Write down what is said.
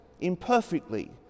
imperfectly